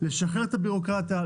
לשחרר את הבירוקרטיה,